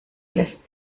lässt